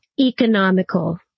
economical